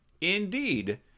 indeed